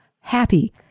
happy